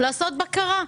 לעשות בקרה,